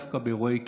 דווקא באירועי קיצון,